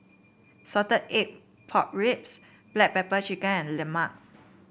Salted Egg Pork Ribs Black Pepper Chicken and lemang